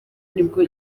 nibwo